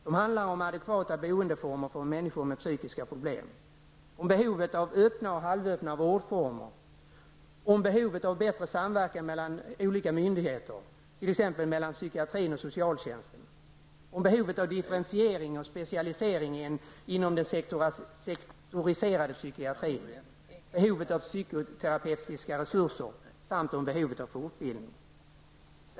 De handlar om adekvata boendeformer för människor med psykiska problem, om behovet av öppna och halvöppna vårdformer, om behovet av en bättre samverkan mellan olika myndigheter, inte minst mellan psykiatrin och socialtjänsten, om behovet av differentiering och specialisering inom den sektoriserade psykiatrin, om behovet av psykoterapeutiska resurser samt om behovet av fortbildning.